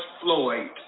Floyd